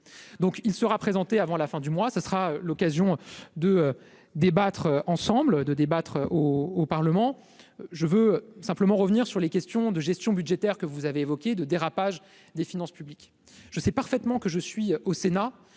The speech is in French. donc il sera présenté avant la fin du mois, ce sera l'occasion de débattre ensemble de débattre au Parlement, je veux simplement revenir sur les questions de gestion budgétaire que vous avez évoquée de dérapage des finances publiques, je sais parfaitement que je suis au Sénat